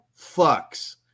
fucks